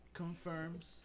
confirms